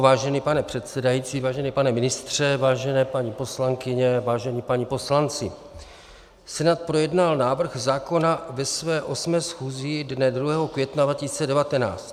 Vážený pane předsedající, vážený pane ministře, vážené paní poslankyně, vážení páni poslanci, Senát projednal návrh zákona ve své 8. schůzi dne 2. května 2019.